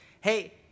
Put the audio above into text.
hey